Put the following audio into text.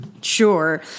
Sure